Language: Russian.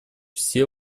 все